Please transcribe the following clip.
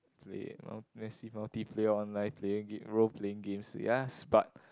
play no massive multi player online playing game role playing games yes but